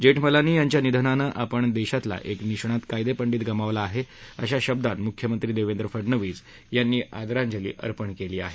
जेठमलानी यांच्या निधनानं आपण देशातलवा एक निष्णात कायदेपंडित गमावला आहे अशा शब्दात मुख्यमंत्री देवेंद्र फडनवीस यांनी आदरांजली अर्पण केली आहे